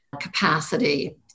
capacity